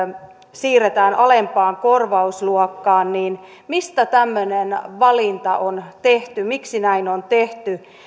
siirretään alempaan korvausluokkaan niin mistä tämmöinen valinta on tehty miksi näin on tehty